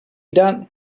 done